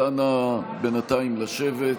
אז אנא, בינתיים לשבת.